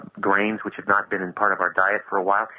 grains which had not been and part of our diet for a while,